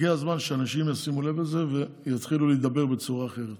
הגיע הזמן שאנשים ישימו לב לזה ויתחילו להידבר בצורה אחרת.